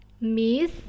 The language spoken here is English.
Miss